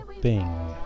Bing